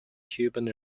cuban